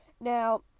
Now